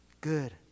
good